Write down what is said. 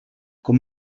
com